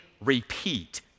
repeat